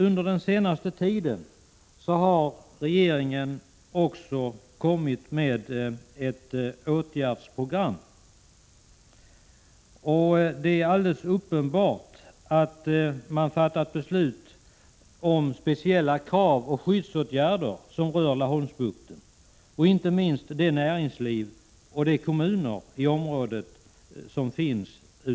Under den senaste tiden har regeringen också kommit med ett åtgärdsprogram. Man har fattat beslut om speciella krav och skyddsåtgärder för Laholmsbukten, åtgärder som berör inte minst näringslivet och kommunerna i området utefter bukten.